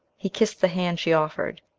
he kissed the hand she offered,